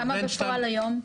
כמה בפועל היום?